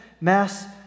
mass